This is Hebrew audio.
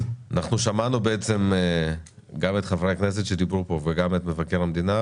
אנחנו שמענו בעצם גם את חברי הכנסת שדיברו פה וגם את מבקר המדינה,